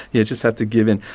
yeah just have to give in.